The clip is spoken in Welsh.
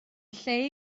lle